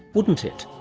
wouldn't it.